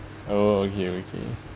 oh okay okay